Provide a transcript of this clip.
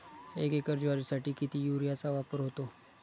एक एकर ज्वारीसाठी किती युरियाचा वापर होतो?